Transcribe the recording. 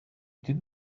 did